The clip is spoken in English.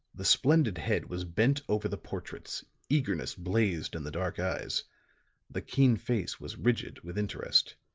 the splendid head was bent over the portraits eagerness blazed in the dark eyes the keen face was rigid with interest.